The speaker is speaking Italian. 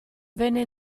venne